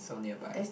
so nearby